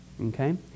okay